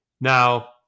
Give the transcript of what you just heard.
Now